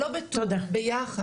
לא בטור, ביחד.